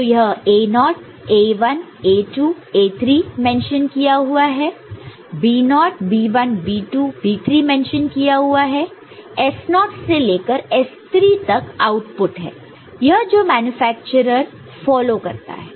तो यह A0 naught naught A1 A2 A3 mention किया हुआ है B0 naught naught B1 B2 B3 mention किया हुआ है S0 नॉट naught से लेकर S3 तक आउटपुट है यह है जो मेन्यफ़ेक्चर्र फॉलो करता है